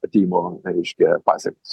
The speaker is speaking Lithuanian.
atėjimo reiškia pasekmes